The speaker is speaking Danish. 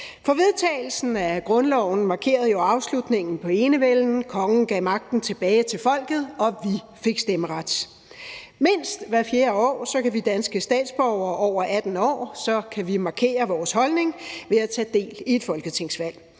For vedtagelsen af grundloven markerede jo afslutningen på enevælden. Kongen gav magten tilbage til folket, og vi fik stemmeret. Mindst hvert fjerde år kan vi danske statsborgere over 18 år markere vores holdning ved at tage del i et folketingsvalg.